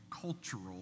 cultural